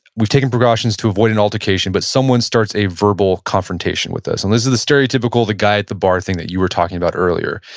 we've taken precautions to avoid an altercation, but someone starts a verbal confrontation with us. and this is the stereotypical, the guy at the bar thing that you were talking about earlier.